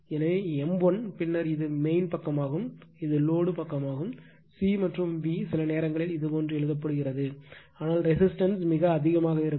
எனவே m l பின்னர் இது மெயின் பக்கமாகும் இது லோடு பக்கமாகும் C மற்றும் V சில நேரங்களில் இதுபோன்று எழுதப்படுகிறது ஆனால் ரெசிஸ்டன்ஸ் மிக அதிகமாக இருக்கும்